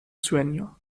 sueño